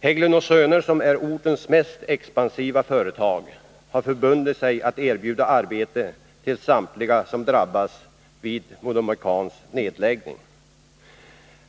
Hägglund & Söner, som är ortens mest expansiva företag, har förbundit sig att erbjuda arbete till samtliga som drabbas vid MoDo Mekans nedläggning.